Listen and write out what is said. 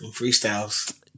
Freestyles